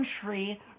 country